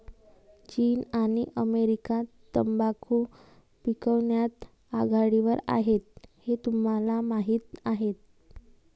चीन आणि अमेरिका तंबाखू पिकवण्यात आघाडीवर आहेत हे तुम्हाला माहीत आहे